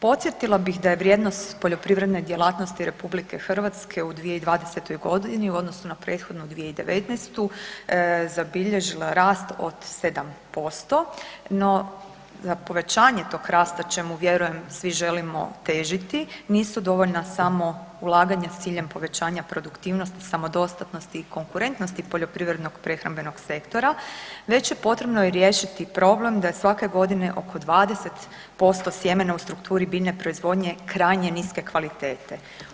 Podsjetila bih da je vrijednost poljoprivredne djelatnosti RH u 2020. g. u odnosu na 2019., zabilježila rast od 7% no za povećanje tog rasta čemu vjerujem, svi želimo težiti, nisu dovoljna samo ulaganja s ciljem povećanja produktivnosti, samodostatnosti i konkurentnosti poljoprivrednog prehrambenog sektora, već je potrebno i riješiti problem da je svake godine oko 20% sjemena u strukturi bilje proizvodnje krajnje niske kvalitete.